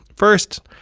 first,